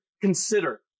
consider